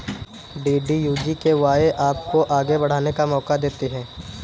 DDU GKY आपको आगे बढ़ने का मौका देती है